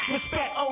Respect